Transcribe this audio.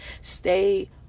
stay